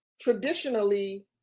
traditionally